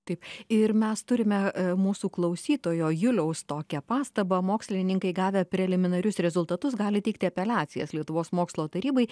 taip ir mes turime mūsų klausytojo juliaus tokią pastabą mokslininkai gavę preliminarius rezultatus gali teikti apeliacijas lietuvos mokslo tarybai